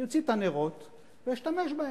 אני אוציא את הנרות ואשתמש בהם.